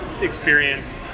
experience